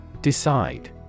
Decide